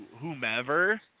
whomever